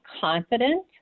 confident